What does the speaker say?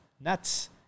nuts